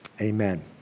Amen